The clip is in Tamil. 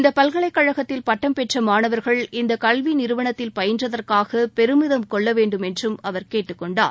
இந்த பல்கலைக்கழகத்தில் பட்டம் பெற்ற மாணவர்கள் இந்த கல்வி நிறுவனத்தில் பயின்றதற்காக பெருமிதம் கொள்ள வேண்டும் என்றும் அவர் கேட்டுக்கொண்டார்